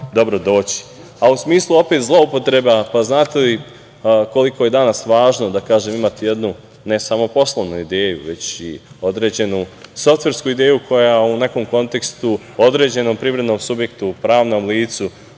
dobro doći, a u smislu opet zloupotreba, pa znate li koliko je danas važno, da kažem, imati jednu ne samo poslovnu ideju, već i određenu softversku ideju koja u nekom kontekstu određenom privrednom subjektu, pravnom licu,